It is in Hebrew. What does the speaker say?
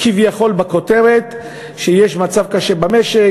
כביכול בכותרת שיש מצב קשה במשק,